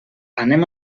anem